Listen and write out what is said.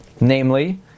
Namely